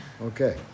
Okay